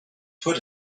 put